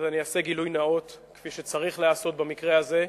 אני אעשה גילוי נאות, כפי שצריך לעשות במקרה הזה: